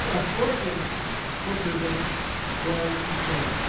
a freudian bushism was he said,